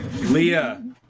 Leah